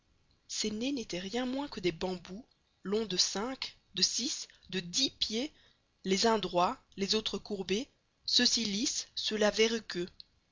ces nez n'étaient rien moins que des bambous longs de cinq de six de dix pieds les uns droits les autres courbés ceux-ci lisses ceux-là verruqueux